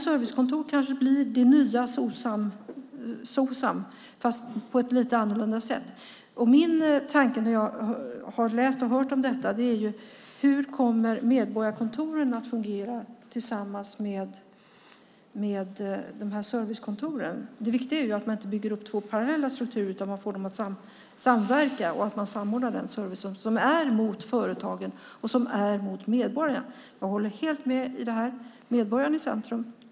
Servicekontoren kanske blir det nya Socsam, fast på ett lite annorlunda sätt. Min tanke när jag har läst och hört om detta är: Hur kommer medborgarkontoren att fungera tillsammans med servicekontoren? Det viktiga är ju att man inte bygger upp två parallella strukturer utan att man får dem att samverka och att man samordnar den service som riktar sig till företagen och till medborgarna. Jag håller helt med om detta - medborgaren i centrum.